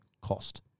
cost